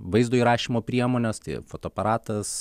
vaizdo įrašymo priemones tai ir fotoaparatas